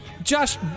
Josh